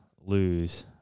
lose